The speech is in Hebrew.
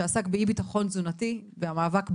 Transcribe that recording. שעסק באי-ביטחון תזונתי והמאבק בעוני,